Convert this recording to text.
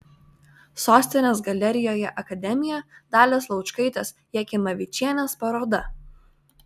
sostinės galerijoje akademija dalios laučkaitės jakimavičienės paroda